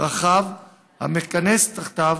רחב המכנס תחתיו